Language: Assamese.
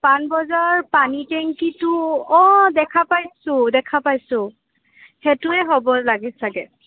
পানবজাৰ পানী টেংকিটো অঁ দেখা পাইছোঁ দেখা পাইছোঁ সেইটোৱে হ'ব লাগে চাগৈ